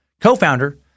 co-founder